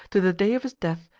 to the day of his death,